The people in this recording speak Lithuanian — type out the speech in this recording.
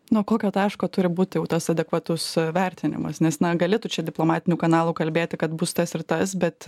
nuo kokio taško turi būti jau tas adekvatus vertinimas nes na gali tu čia diplomatiniu kanalu kalbėti kad bus tas ir tas bet